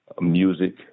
music